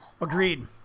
agreed